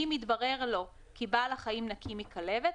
אם התברר לו כי בעל החיים נקי מכלבת,